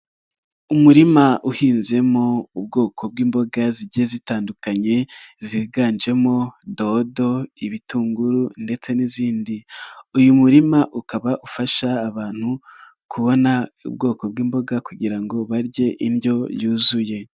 Umurima uhinzemo ubwoko bw'imboga zigiye zitandukanye ziganjemo dodo, ibitunguru ndetse n'izindi, uyu murima ukaba ufasha abantu kubona ubwoko bw'imboga kugira ngo barye indyo yuzuye.